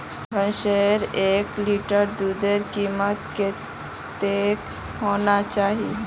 भैंसेर एक लीटर दूधेर कीमत कतेक होना चही?